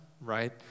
right